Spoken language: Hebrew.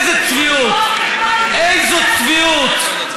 אני לא צריכה להקשיב לקמפיין שלך.